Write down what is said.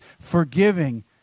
forgiving